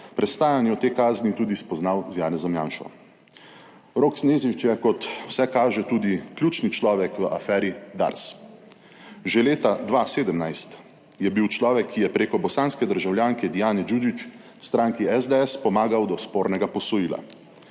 prestajanju te kazni tudi spoznal z Janezom Janšo. Rok Snežič je, kot vse kaže, tudi ključni človek v aferi Dars. Že leta 2017 je bil človek, ki je preko bosanske državljanke Dijane Đuđić stranki SDS pomagal do spornega posojila.